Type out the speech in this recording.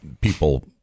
People